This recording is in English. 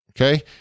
okay